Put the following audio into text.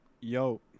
Yo